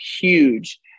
huge